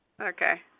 Okay